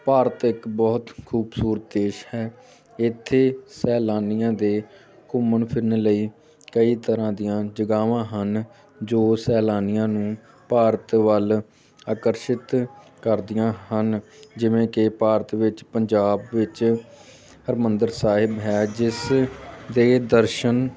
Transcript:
ਭਾਰਤ ਇੱਕ ਬਹੁਤ ਖੂਬਸੂਰਤ ਦੇਸ਼ ਹੈ ਇੱਥੇ ਸੈਲਾਨੀਆਂ ਦੇ ਘੁੰਮਣ ਫਿਰਨ ਲਈ ਕਈ ਤਰ੍ਹਾਂ ਦੀਆਂ ਜਗ੍ਹਾਵਾਂ ਹਨ ਜੋ ਸੈਲਾਨੀਆਂ ਨੂੰ ਭਾਰਤ ਵੱਲ ਆਕਰਸ਼ਿਤ ਕਰਦੀਆਂ ਹਨ ਜਿਵੇਂ ਕਿ ਭਾਰਤ ਵਿੱਚ ਪੰਜਾਬ ਵਿੱਚ ਹਰਿਮੰਦਰ ਸਾਹਿਬ ਹੈ ਜਿਸ ਦੇ ਦਰਸ਼ਨ